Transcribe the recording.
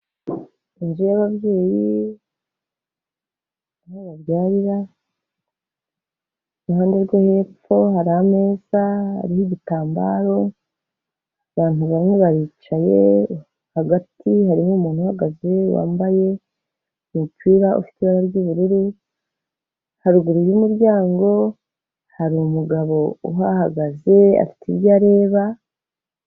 Inzu y'ababyeyi, aho babyarira, iruhande rwo hepfo hari ameza, hariho igitambaro, abantu bamwe baricaye, hagati hariho umuntu uhagaze wambaye umupira ufite ibara ry'ubururu, haruguru y'umuryango hari umugabo uhahagaze afite ibyo areba.